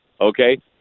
okay